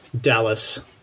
Dallas